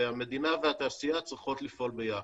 והמדינה והתעשייה צריכות לפעול ביחד.